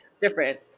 different